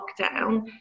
lockdown